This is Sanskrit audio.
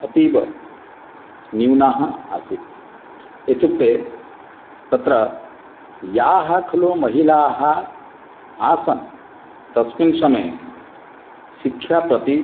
अतीव न्यूना आसीत् इत्युक्ते तत्र याः खलु महिलाः आसन् तस्मिन् समये शिक्षाप्रति